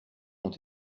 ont